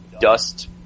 dust